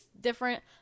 different